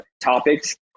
topics